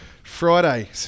Friday